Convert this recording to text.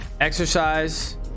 exercise